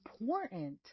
important